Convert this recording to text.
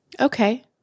Okay